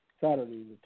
Saturday